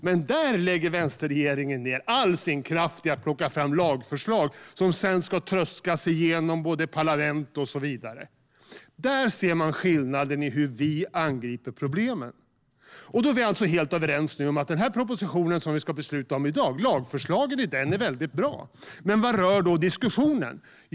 Men där lägger vänsterregeringen ned all sin kraft på att plocka fram lagförslag som sedan ska tröskas igenom både parlament och annat. Där ser man skillnaden i hur vi angriper problemen. Vi är alltså helt överens nu om att lagförslagen i den proposition vi ska besluta om i dag är väldigt bra. Men vad rör då diskussionen?